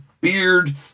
beard